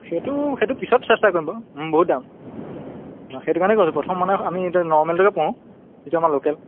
সেইটো সেইটো পিছত চেষ্টা কৰিম বাৰু বহুত দাম অঁ সেইটো কাৰণে কৈছোঁ প্ৰথম মানে আমি এতিয়া নৰ্মেলটোকে পোহোঁ যিটো আমাৰ লোকেল